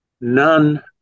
None